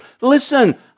Listen